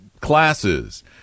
classes